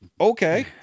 okay